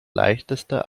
leichteste